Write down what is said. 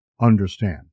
understand